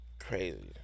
Crazy